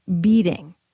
beating